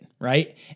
Right